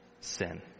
sin